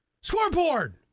Scoreboard